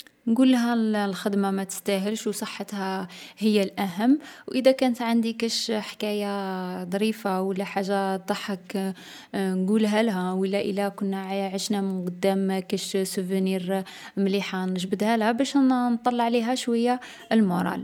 نقولها الـ الخدمة ما تستاهلش و صحتها هي الأهم. و ادا كانت عندي كاش حكاية ظريفة و لا حاجة ضحّك نقولهالها، و لا إلا كنا عـ عشنا من قدام كاش سوفونير مليحة، نجبدها لها باش نـ نطلّع ليها شويا المورال.